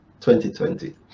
2020